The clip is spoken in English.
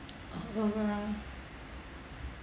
mmhmm